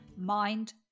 mind